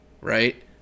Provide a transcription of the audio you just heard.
Right